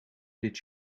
did